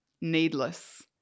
needless